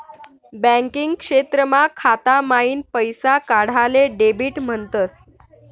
banking क्षेत्रमा खाता माईन पैसा काढाले डेबिट म्हणतस